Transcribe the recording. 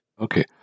Okay